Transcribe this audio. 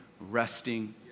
resting